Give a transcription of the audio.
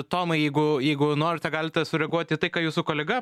tomai jeigu jeigu norite galite sureaguoti į tai ką jūsų kolega